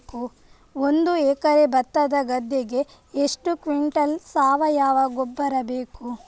ಒಂದು ಎಕರೆ ಭತ್ತದ ಗದ್ದೆಗೆ ಎಷ್ಟು ಕ್ವಿಂಟಲ್ ಸಾವಯವ ಗೊಬ್ಬರ ಬೇಕು?